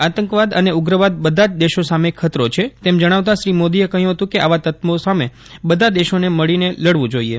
આતંકવાદ અને ઉગ્રવાદ બધા જ દેશો સામે ખતરો છે તેમ જણાવતા શ્રી મોદીએ કહ્યું હતું કે આવા તત્વો સામે બધા દેશોને મળીને લડવું જોઈએ